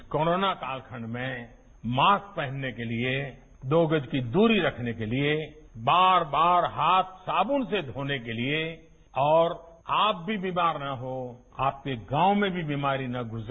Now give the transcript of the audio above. इस कोरोना कालखंड में मास्क पहनने के लिए दो गज की दूरी रखने के लिए बार बार हाथ साबुन से धोने के लिए और आप भी बीमार ना हो आपके गांव में भी बीमारी ना घुसे